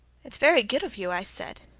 it's very good of you i said.